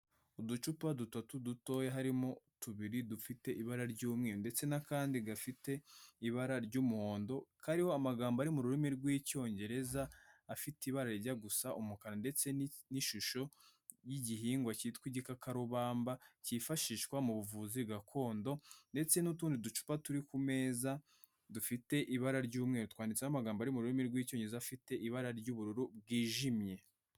Uducupa dutatu dutoya harimo tubiri dufite ibara ry’umweru ndetse n'akandi gafite ibara ry'umuhondo kariho amagambo ari mu rurimi rw'icyongereza, afite ibara rijya gusa umukara ndetse n'ishusho y'igihingwa cyitwa igikakarubamba cyifashishwa mu buvuzi gakondo ndetse n'utundi ducupa turi ku meza, dufite ibara ry'umweru twanditseho amagambo ari mu rurimi rw'icyongereza, afite ibara ry'ubururu bwijimye.